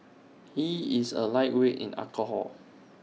he is A lightweight in alcohol